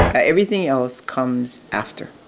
ah everything else comes after